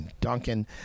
Duncan